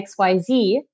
XYZ